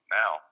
now